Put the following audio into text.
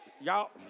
Y'all